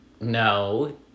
No